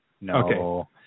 No